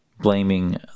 blaming